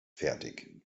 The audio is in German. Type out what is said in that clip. fertig